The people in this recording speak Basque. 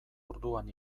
orduan